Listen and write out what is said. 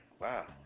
Wow